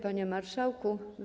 Panie Marszałku!